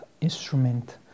instrument